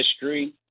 history